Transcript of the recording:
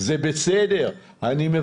רק לידיעתכם,